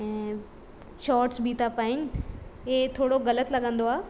ऐं शोट्स बि था पाइनि इहे थोरो गलति लॻंदो आहे